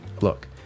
Look